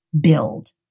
build